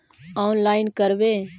Online करवे?